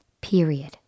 Period